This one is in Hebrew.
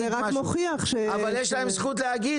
זה רק מוכיח -- אבל יש להם זכות להגיד